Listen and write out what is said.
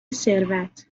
ثروت